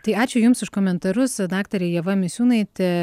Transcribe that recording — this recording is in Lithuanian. tai ačiū jums už komentarus daktarė ieva misiūnaitė